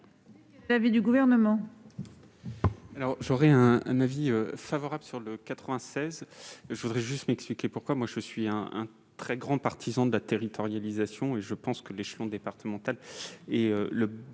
l'avis du Gouvernement ?